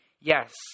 Yes